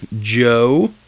joe